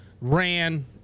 ran